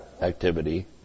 activity